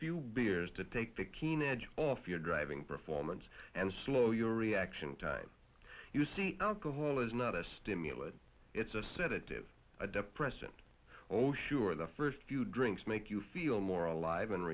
few beers to take the keen edge off your driving performance and slow your reaction time you see alcohol is not a stimulant it's a sedative a depressant oh sure the first few drinks make you feel more alive and